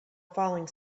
falling